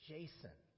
Jason